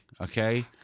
okay